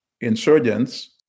insurgents